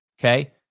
Okay